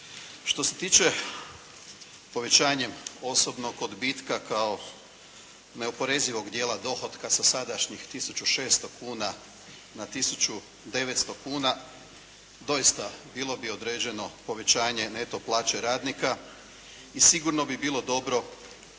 Što se tiče povećanjem osobnog odbitka kao neoporezivog dijela dohotka sa sadašnjih 1.600,00 kuna na 1.900,00 kuna doista bilo bi određeno povećanje neto plaće radnika i sigurno bi bilo dobro u tu